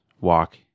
walk